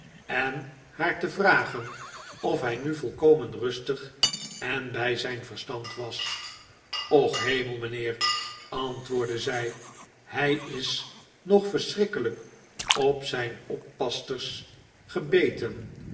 en haar te vragen of hij nu volkomen rustig en bij zijn verstand was och hemel mijnheer antwoordde zij hij is nog verschrikkelijk op zijn